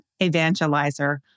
evangelizer